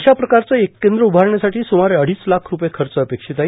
अशा प्रकारचं एक केंद्र उभारण्यासाठी स्रमारे अडीच लाख रुपये खर्च अपेक्षित आहे